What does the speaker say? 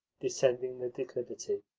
descending the declivity.